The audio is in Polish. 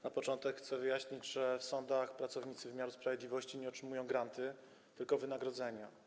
Na początek chcę wyjaśnić, że w sądach pracownicy wymiaru sprawiedliwości nie otrzymują grantów, tylko wynagrodzenia.